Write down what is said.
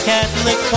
Catholic